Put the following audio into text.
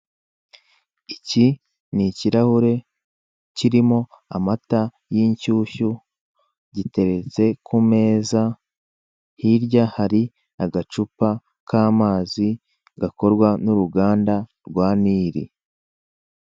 Iki ni ikirahure kirimo amata y'inshyushyu giteretse kumeza hirya hari agacupa k'amazi gakorwa n'uruganda rwa Nil.